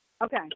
Okay